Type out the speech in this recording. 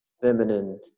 feminine